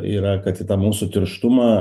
yra kad į tą mūsų tirštumą